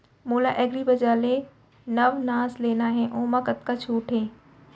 मोला एग्रीबजार ले नवनास लेना हे ओमा कतका छूट हे?